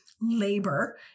labor